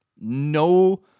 no